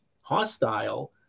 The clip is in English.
hostile